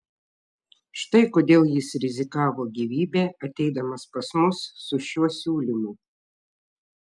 štai kodėl jis rizikavo gyvybe ateidamas pas mus su šiuo siūlymu